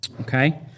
Okay